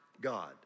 God